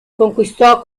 conquistò